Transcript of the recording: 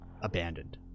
abandoned